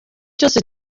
cyose